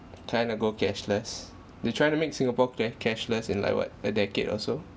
kind of go cashless they trying to make singapore ca~ cashless in like what a decade or so